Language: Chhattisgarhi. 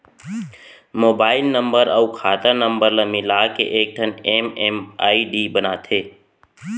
मोबाइल नंबर अउ खाता नंबर ल मिलाके एकठन एम.एम.आई.डी बनाथे